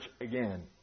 again